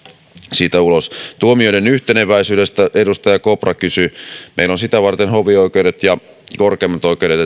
siitä ulos tuomioiden yhteneväisyydestä edustaja kopra kysyi meillä on sitä varten hovioikeudet ja korkeimmat oikeudet